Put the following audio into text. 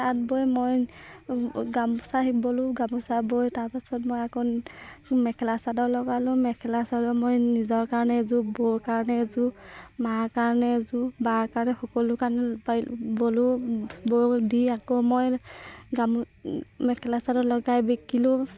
তাঁত বৈ মই গামোচা আহিবলোঁ গামোচা বৈ তাৰপাছত মই আকৌ মেখেলা চাদৰ লগালোঁ মেখেলা চাদৰ মই নিজৰ কাৰণে এযোৰ বৌৰ কাৰণে এযোৰ মাৰ কাৰণে এযোৰ বাৰ কাৰণে সকলো কাৰণে পাৰিলোঁ বলোঁ বৈ দি আকৌ মই গামো মেখেলা চাদৰ লগাই বিকিলোঁ